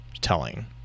telling